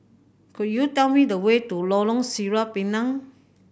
could you tell me the way to Lorong Sireh Pinang